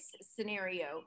scenario